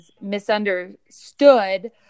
misunderstood